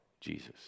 Jesus